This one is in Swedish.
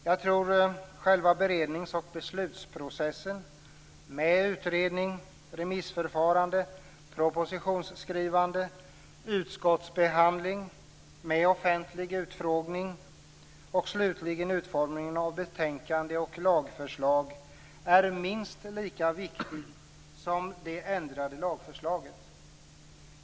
Jag tror att själva berednings och beslutsprocessen - med utredning, remissförfarande, propositionsskrivande, utskottsbehandling med offentlig utfrågning samt slutligen utformning av betänkande och lagförslag - är minst lika viktig som det ändrade lagförslaget.